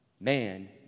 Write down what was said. Man